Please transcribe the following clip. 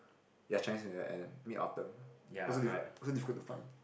ya Chinese New Year and Mid Autumn why so why so difficult to find